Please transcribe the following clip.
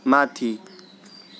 माथि